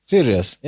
Serious